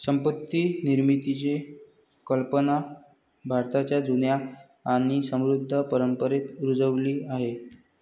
संपत्ती निर्मितीची कल्पना भारताच्या जुन्या आणि समृद्ध परंपरेत रुजलेली आहे